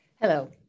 Hello